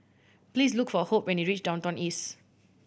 please look for Hope when you reach Downtown East